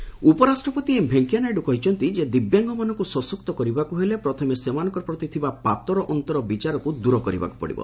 ଦିବ୍ୟାଙ୍ଗ VP ଉପରାଷ୍ଟ୍ରପତି ଏମ୍ଭେଙ୍କୟା ନାଇଡୁ କହିଛନ୍ତି ଦିବ୍ୟାଙ୍ଗମାନଙ୍କୁ ସଶକ୍ତ କରିବାକୁ ହେଲେ ପ୍ରଥମେ ସେମାନଙ୍କ ପ୍ରତି ଥିବା ପାତର ଅନ୍ତର ବିଚାରକୁ ଦୂର କରିବାକୁ ପଡ଼ିବ